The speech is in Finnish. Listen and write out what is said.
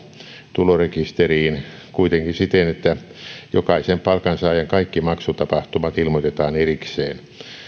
tulorekisteriin kuitenkin siten että jokaisen palkansaajan kaikki maksutapahtumat ilmoitetaan erikseen